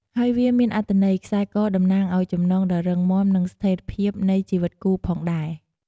ហើយវាមានអត្ថន័យ ខ្សែកតំណាងឱ្យ ចំណងដ៏រឹងមាំ និងស្ថេរភាពនៃជីវិតគូផងដែរ។